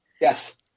Yes